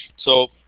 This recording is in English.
so,